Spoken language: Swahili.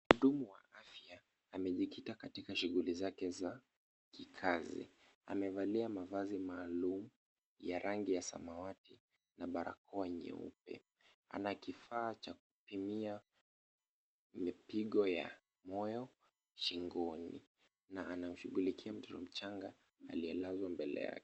Mhudumu wa afya amejikita katika shughuli zake za kikazi, amevalia mavazi maalumu ya rangi ya samawati, na barakoa nyeupe, ana kifaa cha kupimia mipigo ya moyo shingoni, na anashughulikia mtoto mchanga aliyelazwa mbele yake.